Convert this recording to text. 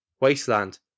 wasteland